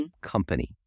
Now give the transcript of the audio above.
company